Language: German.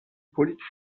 polizei